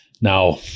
Now